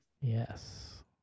Yes